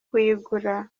kuyigura